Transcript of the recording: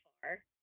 far